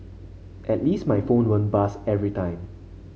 at least my phone won't buzz every time